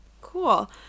Cool